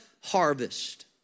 harvest